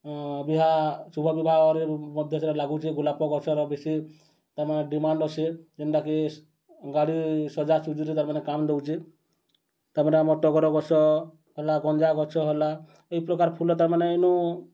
ବିହା ଶୁଭବିବାହରେ ମଧ୍ୟ ସେଟା ଲାଗୁଛେ ଗୋଲାପ ଗଛର ବେଶୀ ତା'ର୍ମାନେ ଡିମାଣ୍ଡ୍ ଅଛେ ଯେନ୍ଟାକି ଗାଡ଼ି ସଜାସୁଜିରେ ତା'ର୍ମାନେ କାମ୍ ଦେଉଛେ ତା'ର୍ପରେ ଟଗର ଗଛ ହେଲା ଗଞ୍ଜା ଗଛ ହେଲା ଏଇ ପ୍ରକାର ଫୁଲ ତା'ର୍ମାନେ ଇ'ନୁ